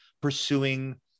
pursuing